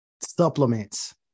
supplements